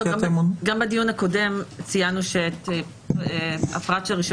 גם בדיון הקודם ציינו שאת העניין הזה אנו